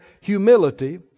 humility